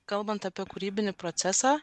kalbant apie kūrybinį procesą